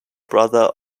brother